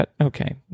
okay